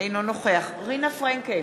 אינו נוכח רינה פרנקל,